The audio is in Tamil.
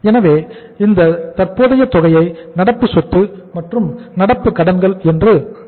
எனவே இந்த தற்போதைய தொகையை நடப்பு சொத்து மற்றும் நடப்பு கடன்கள் என்று அழைக்கிறோம்